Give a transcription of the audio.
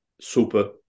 super